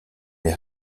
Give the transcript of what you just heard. est